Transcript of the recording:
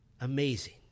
amazing